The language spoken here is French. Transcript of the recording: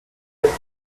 être